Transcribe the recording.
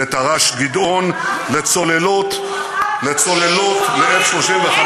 תר"ש "גדעון" לצוללות ו-F-35,